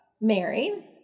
married